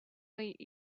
late